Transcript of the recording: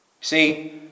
See